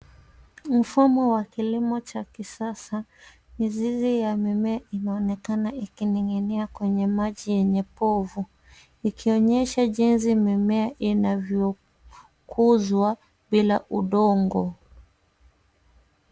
Mfumo wa kilimo cha kisasa. Mizizi ya mimea inaonekana ikining'inia kwenye maji yenye povu ikionyesha jinsi mimea inavyokuzwa bila udongo.